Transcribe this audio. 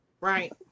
right